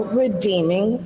redeeming